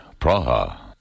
Praha